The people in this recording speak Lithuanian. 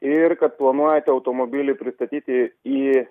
ir kad planuojate automobilį pristatyti į